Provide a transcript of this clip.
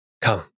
Come